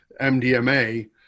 MDMA